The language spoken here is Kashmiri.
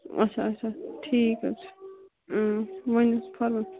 اچھا اچھا ٹھیٖک حظ چھُ